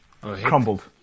Crumbled